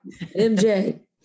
MJ